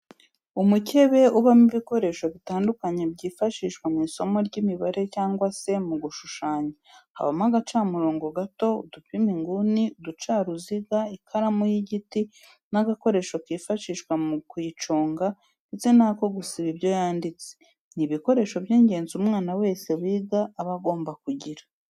Umukebe ubamo ibikoresho bitandukanye byifashishwa mu isomo ry'imibare cyangwa se mu gushushanya habamo agacamurobo gato, udupima inguni, uducaruziga, ikaramu y'igiti n'agakoresho kifashishwa mu kuyiconga ndetse n'ako gusiba ibyo yanditse, ni ibikoresho by'ingenzi umwana wese wiga aba agomba kugira.